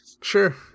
Sure